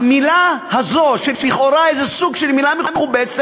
המילה הזאת, שלכאורה היא איזה סוג של מילה מכובסת,